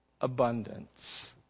abundance